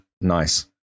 Nice